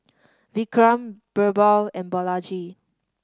Vikram Birbal and Balaji